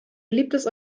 beliebtes